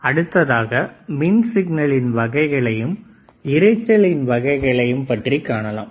அடுத்ததாக மின் சிக்னலின் வகைகளையும் இரைச்சலின் வகைகளையும் பற்றிக் காணலாம்